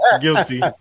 guilty